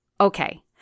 okay